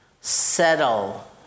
settle